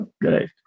Great